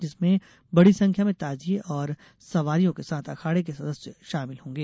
जिसमें बड़ी संख्या में ताजिये और सवारियों के साथ अखाड़े के सदस्य शामिल होंगे